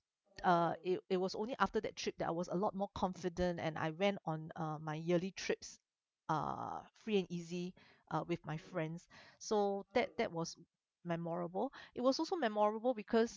uh it it was only after that trip that I was a lot more confident and I went on my yearly trips uh free and easy out with my friends so that that was memorable it was also memorable because